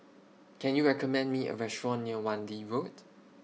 Can YOU recommend Me A Restaurant near Wan Lee Road